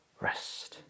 rest